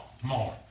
tomorrow